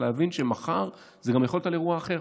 להבין שמחר זה גם יכול להיות על אירוע אחר,